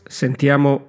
sentiamo